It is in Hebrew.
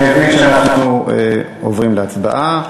אני מבין שאנחנו עוברים להצבעה.